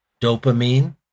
dopamine